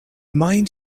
mind